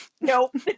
Nope